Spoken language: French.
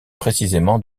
précisément